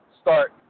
start